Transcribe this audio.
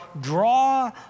draw